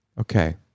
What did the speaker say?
Okay